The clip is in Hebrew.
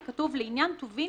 כתוב: לעניין טובין